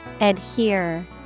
adhere